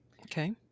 Okay